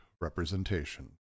representation